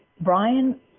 Brian